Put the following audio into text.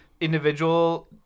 individual